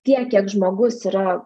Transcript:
tiek kiek žmogus yra